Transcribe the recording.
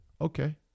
Okay